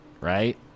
right